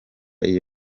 iyi